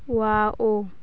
wow